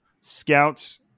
scouts